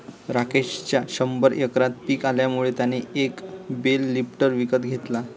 राकेशच्या शंभर एकरात पिक आल्यामुळे त्याने एक बेल लिफ्टर विकत घेतला